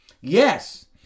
Yes